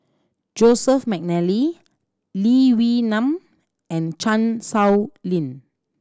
Joseph McNally Lee Wee Nam and Chan Sow Lin